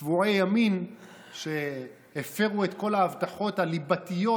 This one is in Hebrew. צבועי ימין שהפרו את כל ההבטחות הליבתיות,